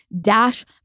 Dash